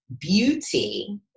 beauty